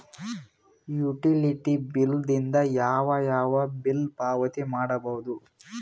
Utility bill ದಿಂದ ಯಾವ ಯಾವ ಬಿಲ್ ಪಾವತಿ ಮಾಡಬಹುದು?